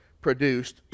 produced